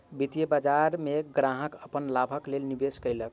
वित्तीय बाजार में ग्राहक अपन लाभक लेल निवेश केलक